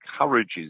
encourages